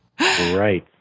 Right